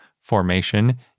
formation